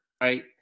right